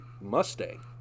Mustang